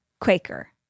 Quaker